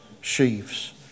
sheaves